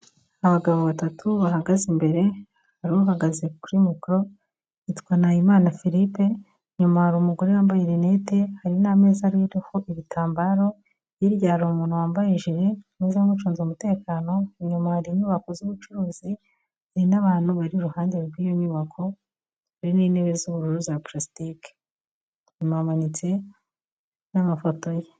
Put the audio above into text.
Abagabo batatu bahagaze imbere hari uhagaze kuri mikoro yitwa Nahimana Philippe. Inyuma hari umugore wambaye lunette. Hari n'ameza ariho ibitambaro. Hirya hari umuntu wambaye ijire umeze nk'ucunze umutekano. Inyuma hari inyubako z'ubucuruzi, hari n'abantu bari iruhande rw'iyo nyubako. Hari n'intebe z'ubururu za palasitike. Inyuma hamanitse n'amafoto ye.